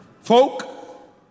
Folk